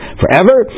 forever